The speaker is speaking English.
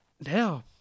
now